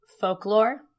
folklore